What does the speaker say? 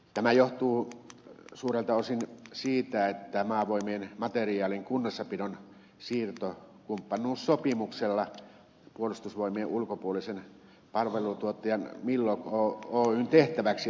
tämä johtuu suurelta osin siitä että maavoimien materiaalin kunnossapidon siirto kumppanuussopimuksella annetaan puolustusvoimien ulkopuolisen palveluntuottajan millog oyn tehtäväksi